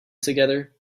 together